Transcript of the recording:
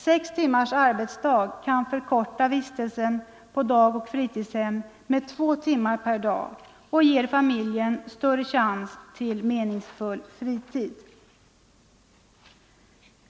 Sex timmars arbetsdag kan förkorta vistelsen på dagoch fritidshem med två timmar varje dag och ger familjen större chans till en meningsfull fritid.